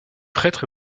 prêtre